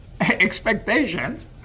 expectations